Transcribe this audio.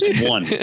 one